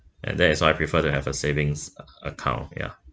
and that is why I prefer to have a savings a~ account yeah